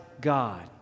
God